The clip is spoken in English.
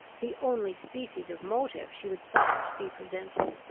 the only species of motive she would suffer to be presented.